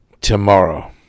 tomorrow